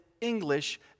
English